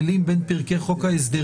בדברים.